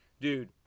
Dude